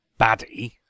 baddie